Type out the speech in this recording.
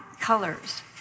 colors